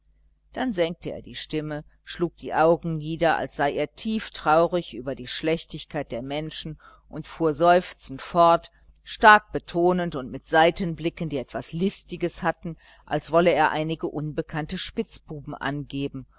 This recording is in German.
dann senkte er die stimme schlug die augen nieder als sei er tief traurig über die schlechtigkeit der menschen und fuhr seufzend fort stark betonend und mit seitenblicken die etwas listiges hatten als wolle er einige unbekannte spitzbuben angeben